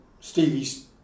Stevie's